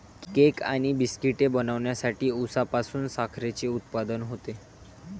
cake आणि बिस्किटे बनवण्यासाठी उसापासून साखरेचे उत्पादन होते